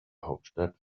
hauptstadt